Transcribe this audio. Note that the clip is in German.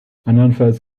andernfalls